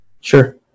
Sure